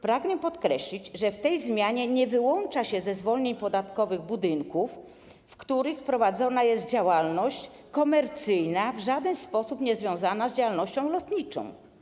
Pragnę podkreślić, że w tej zmianie nie wyłącza się ze zwolnień podatkowych budynków, w których prowadzona jest działalność komercyjna w żaden sposób niezwiązana z działalnością lotniczą.